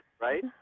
Right